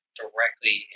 directly